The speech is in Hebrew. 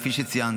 כפי שציינת,